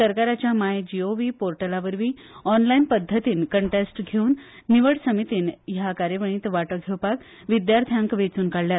सरकारच्या my G O V portal वरवी online पध्दतीन कोंटेस्ट घेंवन निवड समितीन ह्या कार्यावळीन वाटो घेवपाक विद्यार्थ्यांक वेचून काढल्या